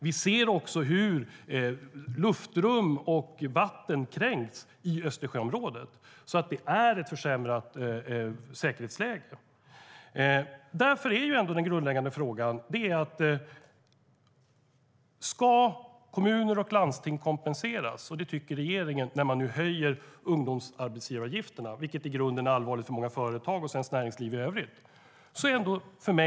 Vi ser också hur luftrum och vatten kränks i Östersjöområdet. Det är ett försämrat säkerhetsläge. Den grundläggande frågan är om kompensation ska ges när man nu höjer ungdomsarbetsgivaravgifterna, vilket i grunden är allvarligt för många företag och svenskt näringsliv i övrigt. Kommuner och landsting ska kompenseras, tycker regeringen.